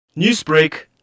Newsbreak